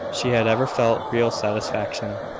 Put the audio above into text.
she had ever felt real satisfaction.